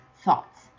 Thoughts